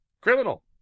criminal